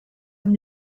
amb